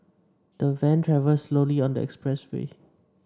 the van travelled slowly on the expressway